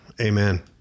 amen